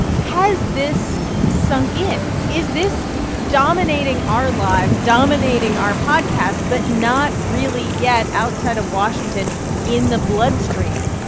has this sunk in? is this dominating our lives, dominating our podcast but not really yet outside of washington in the bloodstream?